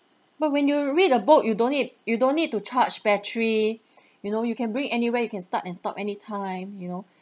but when you read a book you don't need you don't need to charge battery you know you can bring it anywhere you can start and stop any time you know